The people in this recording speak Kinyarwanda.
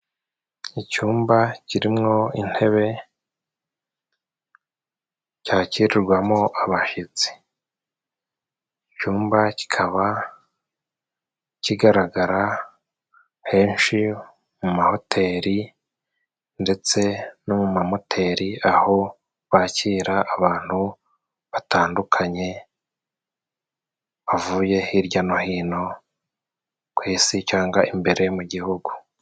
Icyumba kimwo intebe cyakirirwamo abashyitsi, icyumba kikaba kigaragara henshi mu mahoteri, ndetse no mu mamoteri. Aho bakira abantu batandukanye bavuye hirya no hino ku isi, cyanga imbere mu gihugu.